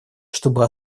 чтобы